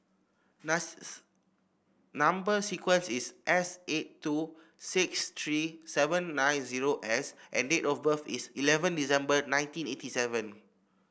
number sequence is S eight two six three seven nine zero S and date of birth is eleven December nineteen eighty seven